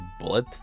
bullet